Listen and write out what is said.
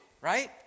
right